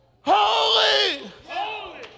Holy